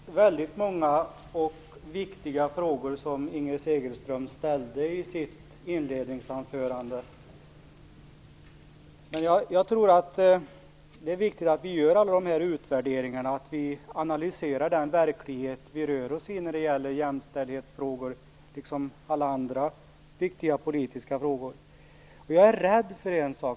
Herr talman! Det var väldigt många och viktiga frågor som Inger Segelström ställde i sitt inledningsanförande. Jag tror att det är viktigt att vi gör alla dessa utvärderingar, att vi analyserar den verklighet som vi rör oss i när det gäller såväl jämställdhetsfrågor som alla andra viktiga politiska frågor.